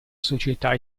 società